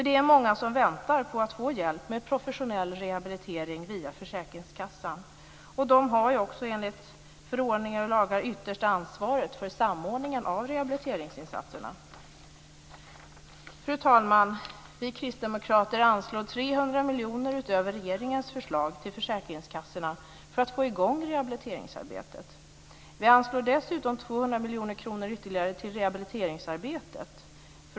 Det är många som väntar på att få hjälp med professionell rehabilitering via försäkringskassan, och den har också enligt förordningar och lagar det yttersta ansvaret för samordningen av rehabiliteringsinsatserna. Fru talman! Vi kristdemokrater anslår 300 miljoner utöver regeringens förslag till försäkringskassorna för att få i gång rehabiliteringsarbetet. Vi anslår dessutom 200 miljoner kronor ytterligare till rehabiliteringsarbetet.